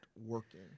working